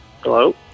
Hello